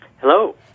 Hello